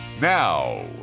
Now